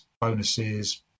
bonuses